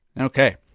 Okay